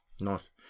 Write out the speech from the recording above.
Nice